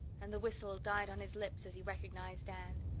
and the whistle died on his lips as he recognized anne.